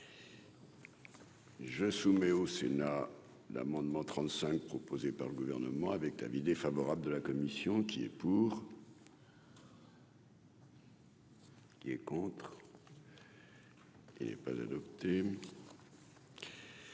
Je soumets au Sénat, l'amendement 35 proposée par le gouvernement avec l'avis défavorable de la commission qui est pour. Qui est contre, il est pas adopté,